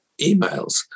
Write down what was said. emails